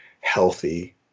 healthy